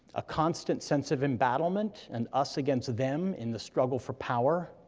a constant sense of embattlement, and us against them in the struggle for power,